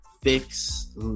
Fix